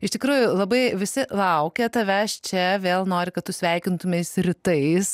iš tikrųjų labai visi laukia tavęs čia vėl nori kad tu sveikintumeis rytais